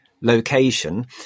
location